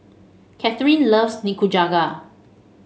Kathyrn loves Nikujaga